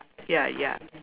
ya ya